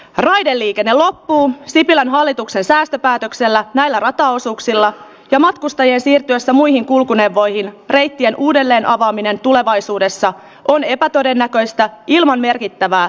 raideliikenne lappuun kitelän hallituksen säästöpäätöksellä näillä rataosuuksilla ja matkustajien siirtämistä muihin kulkuneuvoihin reittien uudelleenavaaminen tulevaisuudessa on epätodennäköistä ilman merkittävää